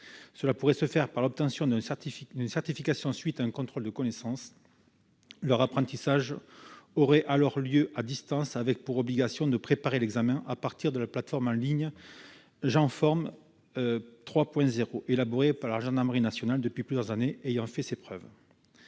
Cela pourrait se faire par l'obtention d'une certification, à la suite d'un contrôle de connaissances. Leur apprentissage aurait alors lieu à distance avec pour obligation de préparer l'examen à partir de la plateforme en ligne GendForm 3.0, qui a été élaborée par la gendarmerie nationale depuis plusieurs années et qui a fait ses preuves.